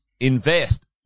Invest